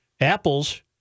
Apple's